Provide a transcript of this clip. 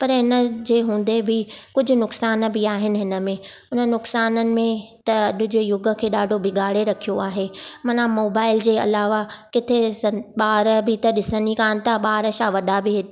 पर हिन जे हूंदे बि कुझु नुक़सान बि आहिनि हिन में हुन नुक़साननि में त अॼ जे युग खे ॾाढो बिगाड़े रखियो आहे माना मोबाइल जे अलावा किथे ॿार बि त ॾिसण ई कोन था ॿार छा वॾा बि